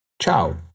Ciao